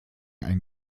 ein